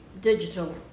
digital